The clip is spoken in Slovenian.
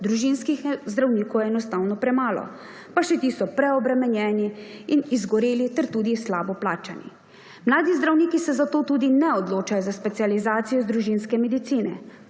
Družinskih zdravnikov je enostavno premalo, pa še ti so preobremenjeni in izgoreli ter tudi slabo plačani. Mladi zdravniki se zato tudi ne odločajo za specializacijo družinske medicine.